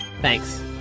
Thanks